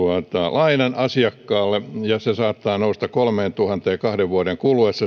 lainan asiakkaalle ja se takaisinmaksuosuus saattaa nousta kolmeentuhanteen kahden vuoden kuluessa